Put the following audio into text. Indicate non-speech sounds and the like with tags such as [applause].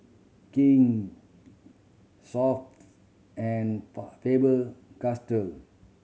King [unintelligible] and [unintelligible] Faber Castell